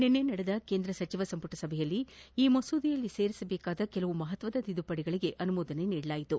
ನಿನ್ನೆ ನಡೆದ ಕೇಂದ್ರ ಸಚಿವ ಸಂಪುಟ ಸಭೆಯಲ್ಲಿ ಈ ಮಸೂದೆಯಲ್ಲಿ ಸೇರಿಸಬೇಕಾದ ಕೆಲವು ಮಹತ್ವದ ತಿದ್ದುಪಡಿಗಳಿಗೆ ಅನುಮೋದನೆ ನೀಡಲಾಯಿತು